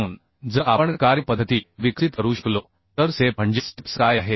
म्हणून जर आपण कार्यपद्धती विकसित करू शकलो तर स्टेप म्हणजे स्टेप्स काय आहेत